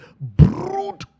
brood